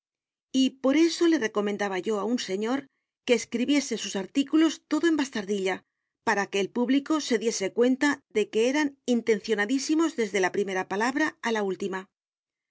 y por eso le recomendaba yo a un señor que escribiese sus artículos todo en bastardilla para que el público se diese cuenta de que eran intencionadísimos desde la primera palabra a la última